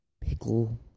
pickle